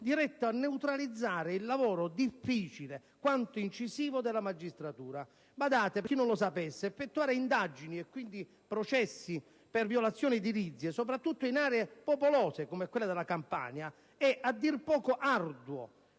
diretto a neutralizzare il lavoro, difficile quanto incisivo, della magistratura. Badate, per chi non lo sapesse: effettuare indagini e quindi processi per violazioni edilizie, soprattutto in aree popolose come la Campania, è a dir poco arduo.